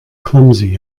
clumsy